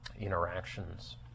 interactions